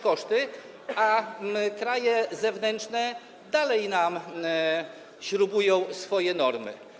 koszty, a kraje zewnętrzne dalej śrubują nam swoje normy.